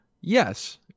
Yes